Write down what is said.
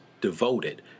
devoted